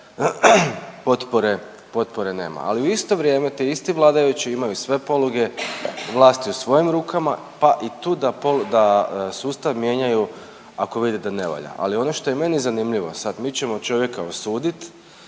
potpore nema, ali u isto vrijeme ti isti vladajući imaju sve poluge vlasti u svojim rukama, pa i tu da sustav mijenjaju ako vide da ne valja. Ali ono što je meni zanimljivo sad, mi ćemo čovjeka osudit,